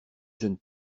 jeune